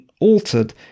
altered